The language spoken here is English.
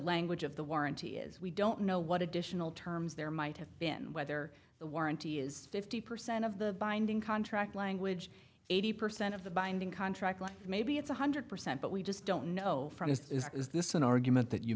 language of the warranty is we don't know what additional terms there might have been whether the warranty is fifty percent of the binding contract language eighty percent of the binding contract maybe it's one hundred percent but we just don't know from is this an argument that you